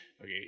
Okay